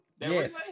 Yes